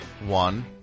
one